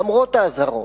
למרות האזהרות,